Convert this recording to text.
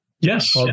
Yes